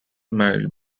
mild